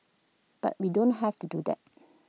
but we don't have to do that